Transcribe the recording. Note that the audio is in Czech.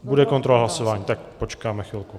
Bude kontrola hlasování, tak počkáme chvilku.